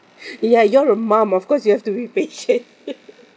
ya you're a mom of course you have to be patient